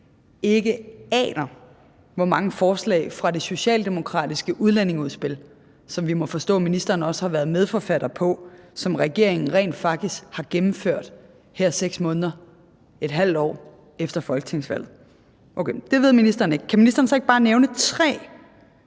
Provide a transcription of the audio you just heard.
ikke aner, hvor mange forslag fra det socialdemokratiske udlændingeudspil – som vi jo må forstå ministeren også har været medforfatter til – regeringen rent faktisk har gennemført her 6 måneder – et halvt år – efter folketingsvalget. Okay – det ved ministeren ikke. Kan ministeren så ikke bare nævne tre